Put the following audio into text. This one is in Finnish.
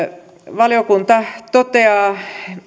valiokunta toteaa